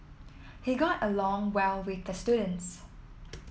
he got along well with the students